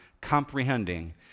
comprehending